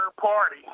party